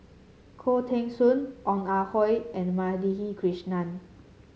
Khoo Teng Soon Ong Ah Hoi and Madhavi Krishnan